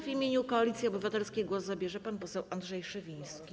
W imieniu Koalicji Obywatelskiej głos zabierze pan poseł Andrzej Szewiński.